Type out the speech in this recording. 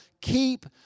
keep